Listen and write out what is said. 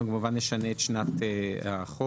אנחנו כמובן נשנה את שנת החוק.